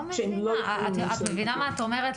את מבינה מה את אומרת?